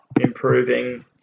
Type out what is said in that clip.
improving